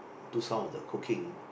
do some of the cooking